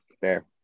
Fair